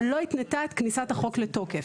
אבל לא התנתה את כניסת החוק לתוקף.